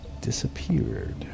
disappeared